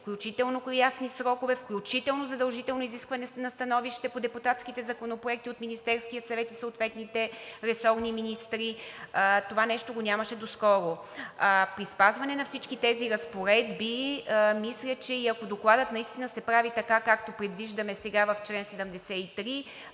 включително ясни срокове, включително задължително изискване на становище по депутатските законопроекти от Министерския съвет и съответните ресорни министри. Това нещо го нямаше доскоро. При спазване на всички тези разпоредби, мисля, че и ако докладът наистина се прави така, както предвиждаме сега в чл. 73,